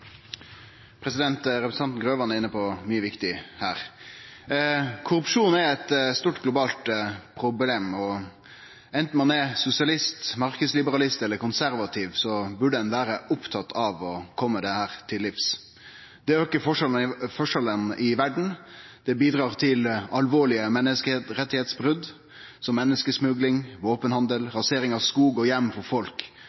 Representanten Grøvan var inne på mykje viktig her. Korrupsjon er eit stort globalt problem, og anten ein er sosialist, marknadsliberalist eller konservativ, burde ein vere opptatt av å kome korrupsjon til livs. Han bidreg til å auke forskjellane i verda, til alvorlege brot på menneskerettane, som menneskesmugling, våpenhandel,